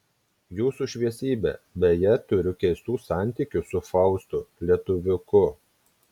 jūsų šviesybe beje turiu keistų santykių su faustu lietuviuku